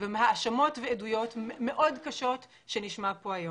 ומהאשמות והעדויות המאוד קשות שנשמע פה היום.